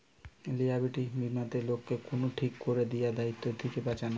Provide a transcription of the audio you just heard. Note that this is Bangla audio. লিয়াবিলিটি বীমাতে লোককে কুনো ঠিক কোরে দিয়া দায়িত্ব থিকে বাঁচাচ্ছে